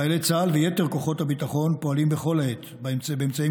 חיילי צה"ל ויתר כוחות הביטחון פועלים בכל העת באמצעים